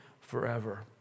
forever